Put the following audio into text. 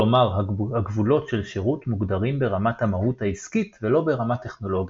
כלומר הגבולות של שירות מוגדרים ברמת המהות העסקית ולא ברמה טכנולוגית.